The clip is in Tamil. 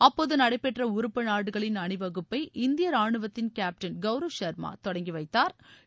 அப்போது நடைபெற்ற உறுப்பு நாடுகளின் அணிவகுப்பை இந்திய ராணுவத்தின் கேப்டள் கௌரவ் ஷ்மா தொட்ங்கி வைத்தாா்